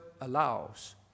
allows